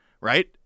right